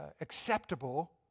acceptable